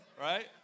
right